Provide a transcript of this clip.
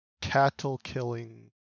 cattle-killing